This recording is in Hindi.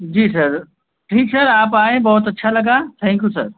जी सर ठीक सर आप आएँ बहुत अच्छा लगा थैंक यू सर